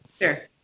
Sure